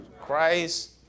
Christ